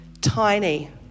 tiny